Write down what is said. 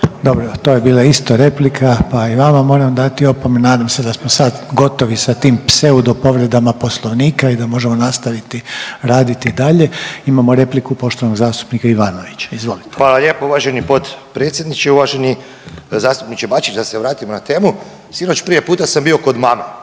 Dobro. To je bila isto replika, pa i vama moram dati opomenu. Nadam se da smo sad gotovi sa tim pseudo povredama Poslovnika i da možemo nastaviti raditi dalje. Imamo repliku poštovanog zastupnika Ivanovića, izvolite. **Ivanović, Goran (HDZ)** Hvala lijepo uvaženi potpredsjedniče, uvaženi zastupniče Bačić. Da se vratimo na temu, sinoć prije puta sam bio kod mame,